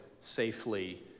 safely